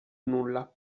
nulla